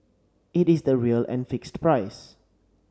it is the real and fixed price